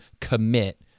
commit